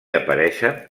apareixen